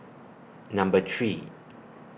Number three